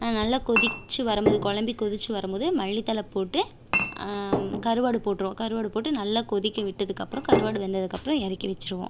நல்லா கொதிச்சி வரும்போது கொலம்பு கொதிச்சு வரும் போது மல்லிதழை போட்டு கருவாடு போட்டிருவோம் கருவாடு போட்டு நல்லா கொதிக்கவிட்டதுகப்புறம் கருவாடு வெந்ததுக்கப்புறம் இறக்கி வச்சிடுவோம்